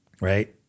right